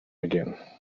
again